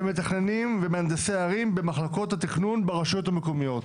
של מתכננים ומהנדסי ערים במחלקות התכנון ברשויות המקומיות.